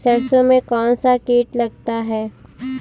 सरसों में कौनसा कीट लगता है?